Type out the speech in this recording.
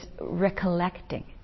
recollecting